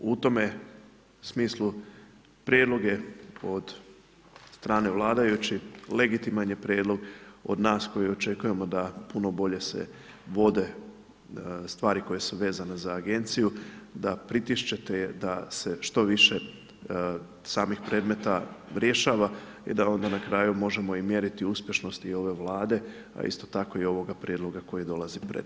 U tome smislu prijedlog je od strane vladajućih legitiman je prijedlog od nas koji očekujemo da puno bolje se vode stvari koje su vezane za agenciju, da pritišćete, da se što više samih predmeta rješava i da onda na kraju možemo i mjeriti uspješnost i ove Vlade, a isto tako i ovoga prijedloga koji dolazi pred nas.